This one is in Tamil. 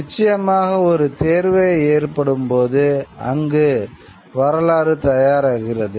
நிச்சயமாக ஒரு தேவை ஏற்படும்போது அங்கு வரலாறு தயாராகிறது